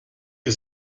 the